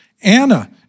Anna